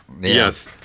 Yes